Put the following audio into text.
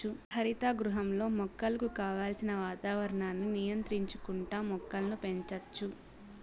హరిత గృహంలో మొక్కలకు కావలసిన వాతావరణాన్ని నియంత్రించుకుంటా మొక్కలను పెంచచ్చు